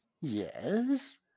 Yes